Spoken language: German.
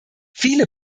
viele